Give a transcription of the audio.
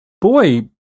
boy